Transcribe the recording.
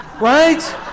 Right